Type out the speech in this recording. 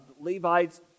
Levites